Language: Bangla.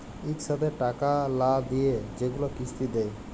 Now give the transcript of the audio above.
ইকসাথে টাকা লা দিঁয়ে যেগুলা কিস্তি দেয়